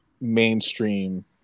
mainstream